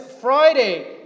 Friday